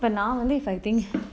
இப்ப நா வந்து:ippa na vanthu I think